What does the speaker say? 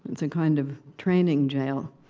it's a kind of training jail.